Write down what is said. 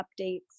updates